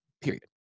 period